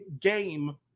game